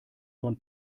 von